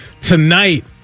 tonight